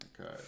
okay